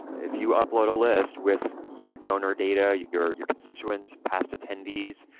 if you upload a list with your donor data, your your constituents, past attendees,